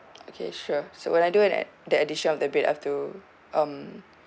okay sure so when I do an add~ the addition of the bed I have to um